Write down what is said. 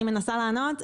אני מנסה לענות.